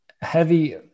heavy